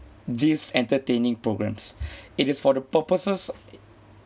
this entertaining programmes it is for the purposes